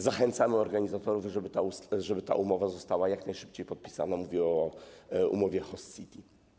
Zachęcamy organizatorów, żeby ta umowa została jak najszybciej podpisana, mówię o umowie host city.